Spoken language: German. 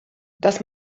dass